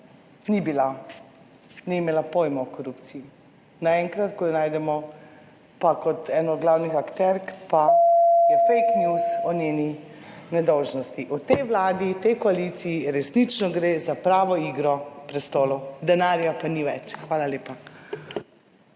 2024 ni imela pojma o korupciji. Naenkrat, ko jo najdemo pa kot eno glavnih akterk, pa je fake news o njeni nedolžnosti. O tej Vladi, tej koaliciji. Resnično gre za pravo igro prestolov, denarja pa ni več. Hvala lepa.